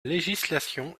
législation